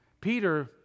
Peter